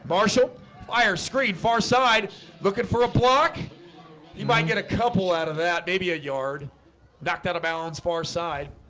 marshall fire screen far side looking for a block you might get a couple out of maybe a yard knocked out of balance far side